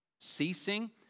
ceasing